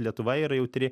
lietuva yra jautri